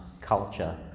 culture